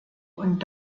und